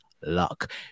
luck